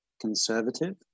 conservative